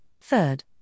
third